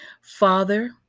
Father